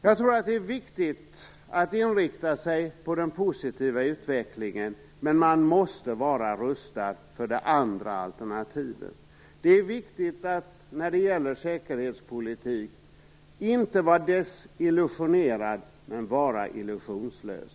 Jag tror att det är viktigt att inrikta sig på den positiva utvecklingen, men man måste vara rustad för det andra alternativet. Det är när det gäller säkerhetspolitik viktigt att inte vara desillusionerad, men att vara illusionslös.